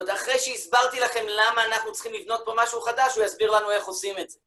עוד אחרי שהסברתי לכם למה אנחנו צריכים לבנות פה משהו חדש, הוא יסביר לנו איך עושים את זה.